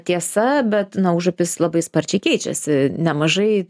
tiesa bet na užupis labai sparčiai keičiasi nemažai